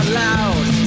loud